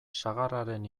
sagarraren